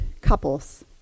couples